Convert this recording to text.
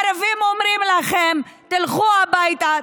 הערבים אומרים לכם: תלכו הביתה,